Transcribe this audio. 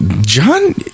John